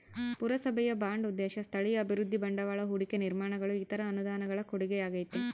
ಪುರಸಭೆಯ ಬಾಂಡ್ ಉದ್ದೇಶ ಸ್ಥಳೀಯ ಅಭಿವೃದ್ಧಿ ಬಂಡವಾಳ ಹೂಡಿಕೆ ನಿರ್ಮಾಣಗಳು ಇತರ ಅನುದಾನಗಳ ಕೊಡುಗೆಯಾಗೈತೆ